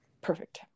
Perfect